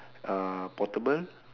uh portable